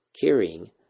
carrying